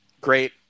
Great